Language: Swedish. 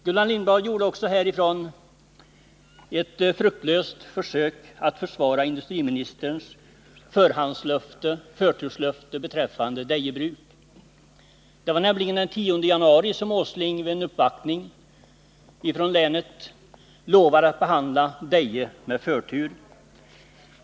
Gullan Lindblad gjorde också ett fruktlöst försök att försvara industriministerns förturslöfte beträffande Deje bruk. Det var nämligen den 10 januari som Nils Åsling vid en uppvaktning från länet lovade att behandla Deje med förtur.